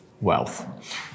wealth